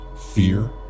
Fear